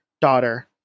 daughter